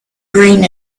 green